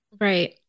right